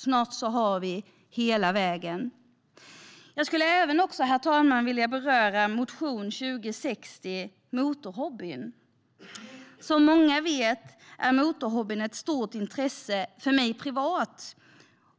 Snart har vi hela vägen bakom oss. Herr talman! Jag vill även beröra motion 2060 om motorhobbyn. Som många vet är motorhobbyn ett stort intresse för mig privat,